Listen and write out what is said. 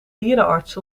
dierenarts